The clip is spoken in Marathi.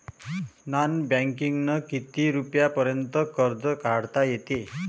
नॉन बँकिंगनं किती रुपयापर्यंत कर्ज काढता येते?